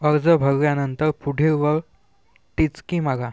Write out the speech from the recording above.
अर्ज भरल्यानंतर पुढीलवर टिचकी मागा